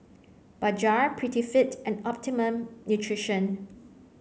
Bajaj Prettyfit and Optimum Nutrition